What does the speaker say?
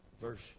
verse